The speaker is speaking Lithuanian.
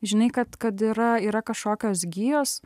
žinai kad kad yra yra kažkokios gijos